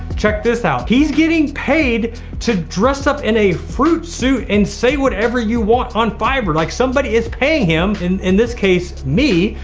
check this out. he's getting paid to dress up in a fruit suit and say whatever you want on fivver, like somebody is paying him, and in this case me,